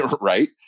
right